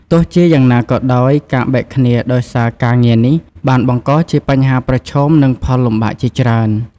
ទោះជាយ៉ាងណាក៏ដោយ ការបែកគ្នាដោយសារការងារនេះ បានបង្កជាបញ្ហាប្រឈម និងផលលំបាកជាច្រើន។